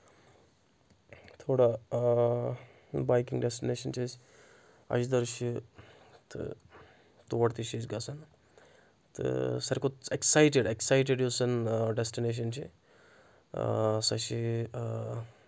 تھوڑا biking destination چھِ أسۍ اَجدَر چھِ تہٕ تور تہِ چھِ أسۍ گژھان تہٕ ساروی کھۄتہٕ ایٚکسایٹِڈ ایٚکسایٹِڈ یُس زَن ڈیسٹِنیشَن چھِ سۄ چھِ